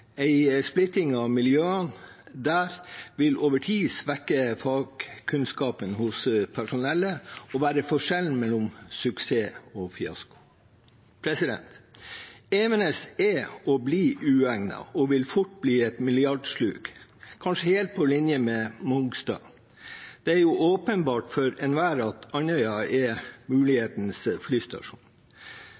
splitting av miljøene der vil over tid svekke fagkunnskapen hos personellet og være forskjellen mellom suksess og fiasko. Evenes er og blir uegnet og vil fort bli et milliardsluk, kanskje helt på linje med Mongstad. Det er åpenbart for enhver at Andøya er mulighetenes flystasjon,